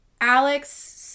Alex